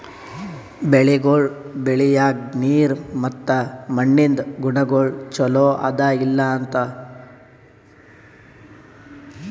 ಬೆಳಿಗೊಳ್ ಬೆಳಿಯಾಗ್ ನೀರ್ ಮತ್ತ ಮಣ್ಣಿಂದ್ ಗುಣಗೊಳ್ ಛಲೋ ಅದಾ ಇಲ್ಲಾ ನೋಡ್ಕೋ ಸಲೆಂದ್ ಮಾಡಿದ್ದ ಯೋಜನೆಗೊಳ್ ಅವಾ